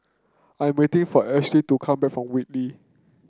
I'm waiting for Ashby to come back from Whitley